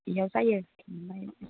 बियाव जायो थुनलाइ